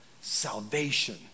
Salvation